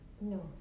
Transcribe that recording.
No